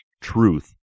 truth